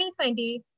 2020